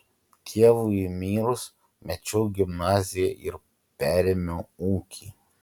tėvui mirus mečiau gimnaziją ir perėmiau ūkį